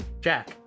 Jack